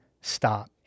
stop